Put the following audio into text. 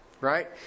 right